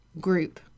group